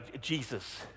Jesus